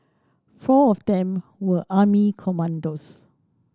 four of them were army commandos